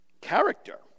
character